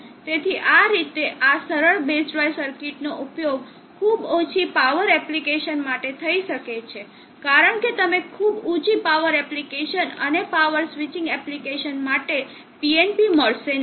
તેથી આ રીતે આ સરળ બેઝ ડ્રાઇવ સર્કિટનો ઉપયોગ ખૂબ ઓછી પાવર એપ્લિકેશન માટે થઈ શકે છે કારણ કે તમને ખૂબ ઊચી પાવર એપ્લિકેશન અને પાવર સ્વિચિંગ એપ્લિકેશનો માટે PNP મળશે નહીં